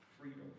Freedom